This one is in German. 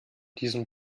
diesem